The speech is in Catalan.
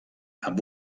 amb